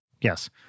Yes